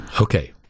Okay